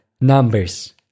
numbers